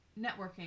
networking